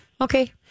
okay